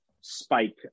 spike